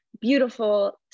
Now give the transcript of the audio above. beautiful